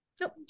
Nope